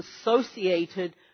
associated